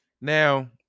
Now